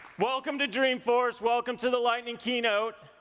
welcome to dreamforce, welcome to the lightning keynote.